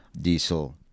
diesel